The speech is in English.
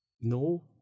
no